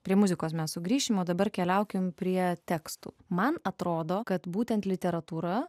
prie muzikos mes sugrįšime o dabar keliaukime prie tekstų man atrodo kad būtent literatūra